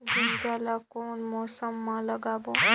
गुनजा ला कोन मौसम मा लगाबो?